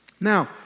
now